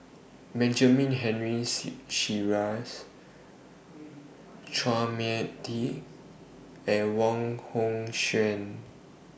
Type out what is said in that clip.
Benjamin Henry Sheares Chua Mia Tee and Wong Hong Suen